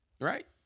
right